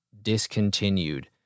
discontinued